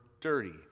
dirty